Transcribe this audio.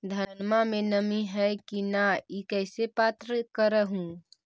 धनमा मे नमी है की न ई कैसे पात्र कर हू?